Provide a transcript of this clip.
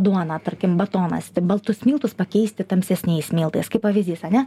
duona tarkim batonas baltus miltus pakeisti tamsesniais miltais kaip pavyzdys ane